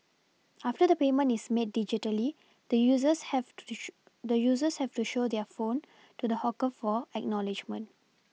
after the payment is made digitally the users have to show the users have to show their phone to the hawker for acknowledgement